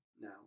now